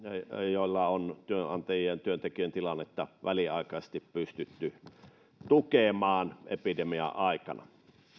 joilla on työnantajien ja työntekijöiden tilannetta väliaikaisesti pystytty tukemaan epidemian aikana